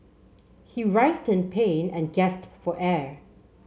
he writhed in pain and gasped for air